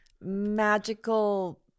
magical